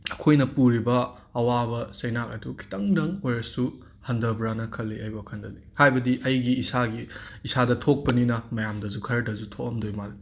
ꯑꯩꯈꯣꯏꯅ ꯄꯨꯔꯤꯕ ꯑꯋꯥꯕ ꯆꯩꯅꯥ ꯑꯗꯨ ꯈꯤꯇꯪꯗꯪ ꯑꯣꯏꯔꯁꯨ ꯍꯟꯗꯕ꯭ꯔꯅ ꯈꯜꯂꯤ ꯑꯩ ꯋꯥꯈꯟꯗꯗꯤ ꯍꯥꯏꯕꯗꯤ ꯑꯩꯒꯤ ꯏꯁꯥꯒꯤ ꯏꯁꯥꯗ ꯊꯣꯛꯄꯅꯤꯅ ꯃꯌꯥꯝꯗꯁꯨ ꯈꯔꯇꯁꯨ ꯊꯣꯛꯂꯝꯗꯣꯏ ꯃꯥꯜꯂꯦ